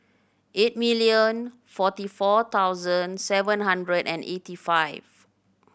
eight million forty four thousand seven hundred and eighty five